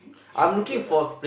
should be good lah